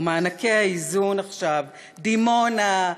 או מענקי האיזון עכשיו: דימונה,